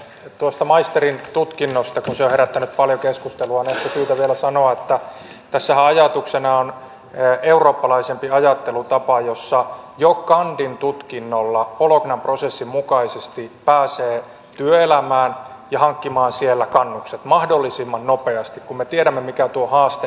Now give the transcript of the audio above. tuosta maisterintutkinnosta kun se on herättänyt paljon keskustelua on ehkä syytä vielä sanoa että tässähän ajatuksena on eurooppalaisempi ajattelutapa jossa jo kandintutkinnolla bolognan prosessin mukaisesti pääsee työelämään ja hankkimaan siellä kannukset mahdollisimman nopeasti kun me tiedämme mikä tuo haaste on